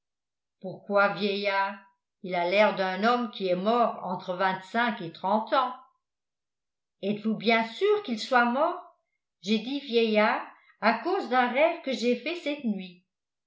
pourquoi vieillard il a l'air d'un homme qui est mort entre vingt-cinq et trente ans êtes-vous bien sûr qu'il soit mort j'ai dit vieillard à cause d'un rêve que j'ai fait cette nuit